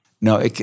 no